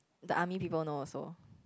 the army people know also